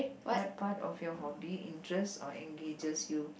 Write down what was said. what part of your hobby interest or engages you